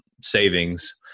savings